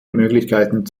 möglichkeiten